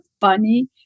funny